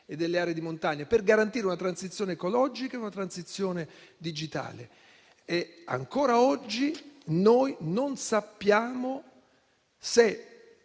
delle aree di montagna, per garantire una transizione ecologica e una transizione digitale. Ancora oggi, noi non sappiamo se,